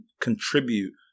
contribute